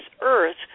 earth